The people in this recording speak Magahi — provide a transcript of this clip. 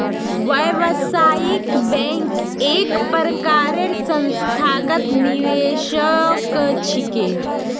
व्यावसायिक बैंक एक प्रकारेर संस्थागत निवेशक छिके